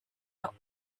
are